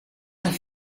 mijn